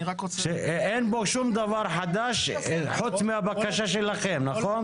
אין פה שום דבר חדש חוץ מהבקשה שלכם, נכון?